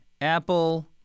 Apple